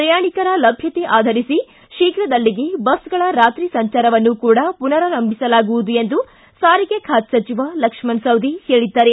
ಪ್ರಯಾಣಿಕರ ಲಭ್ಯತೆ ಆಧರಿಸಿ ತೀಪ್ರದಲ್ಲಿಯೇ ಬಸ್ಗಳ ರಾತ್ರಿ ಸಂಚಾರವನ್ನೂ ಕೂಡ ಪುನರಾರಂಭಿಸಲಾಗುವುದು ಎಂದು ಸಾರಿಗೆ ಖಾತೆ ಸಚಿವ ಲಕ್ಷ್ಣಣ ಸವದಿ ಹೇಳಿದ್ದಾರೆ